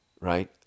Right